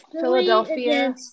Philadelphia